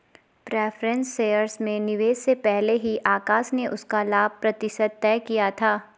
preference shares में निवेश से पहले ही आकाश ने उसका लाभ प्रतिशत तय किया था